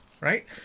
right